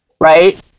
right